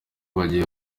bagiye